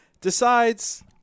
decides